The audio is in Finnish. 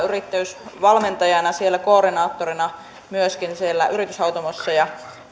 yrittäjyysvalmentajana siellä koordinaattorina myöskin yrityshautomossa